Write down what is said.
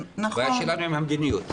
הבעיה שלנו היא עם המדיניות.